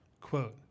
Quote